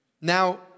now